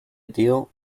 deal